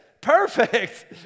Perfect